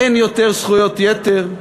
אין יותר זכויות יתר,